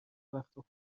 وقتا